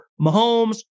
Mahomes